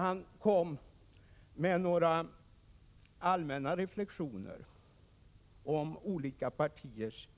Han gjorde några allmänna reflexioner om olika partiers